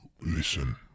Listen